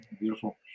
Beautiful